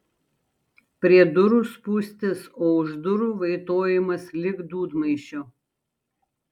prie durų spūstis o už durų vaitojimas lyg dūdmaišio